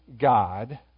God